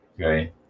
okay